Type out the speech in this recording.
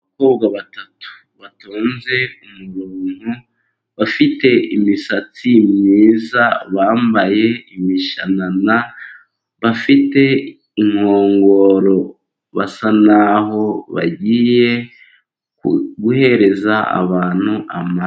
Abakobwa batatu batonze umurongo bafite imisatsi myiza, bambaye imishanana bafite inkongoro, basa naho bagiye guhereza abantu amata.